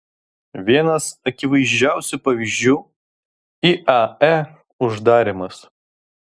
vienas akivaizdžiausių pavyzdžių iae uždarymas